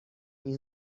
این